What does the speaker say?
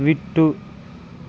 விட்டு